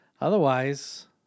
Otherwise